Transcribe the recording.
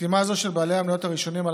חתימה זו של בעלי המניות הראשונים על